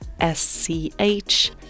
S-C-H